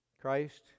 Christ